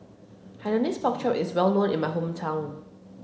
Hainanese pork chop is well known in my hometown